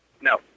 No